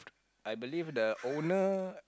I believe the owner